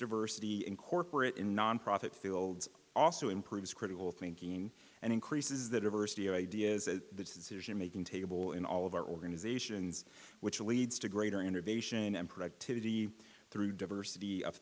diversity in corporate in nonprofit fields also improves critical thinking and increases the diversity of ideas the decision making table in all of our organizations which leads to greater innervation and productivity through diversity of